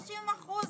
דרך אגב,